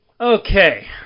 Okay